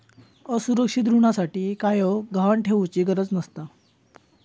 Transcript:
असुरक्षित ऋणासाठी कायव गहाण ठेउचि गरज नसता